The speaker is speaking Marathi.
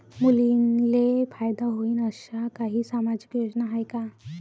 मुलींले फायदा होईन अशा काही सामाजिक योजना हाय का?